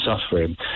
suffering